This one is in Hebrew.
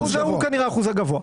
הוא כנראה האחוז הגבוה.